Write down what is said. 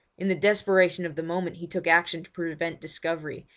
in the desperation of the moment he took action to prevent discovery,